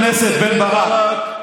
חבר הכנסת בן ברק,